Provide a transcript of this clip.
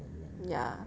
ya